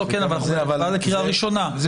כן, אבל זה הכנה לקריאה ראשונה.